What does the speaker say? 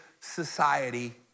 society